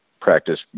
practice